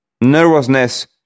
nervousness